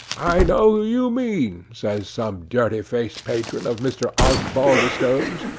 i know who you mean says some dirty-faced patron of mr. osbaldistone's,